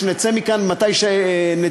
כשנצא מכאן מתי שנצא,